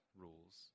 rules